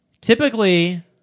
Typically